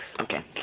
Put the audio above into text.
Okay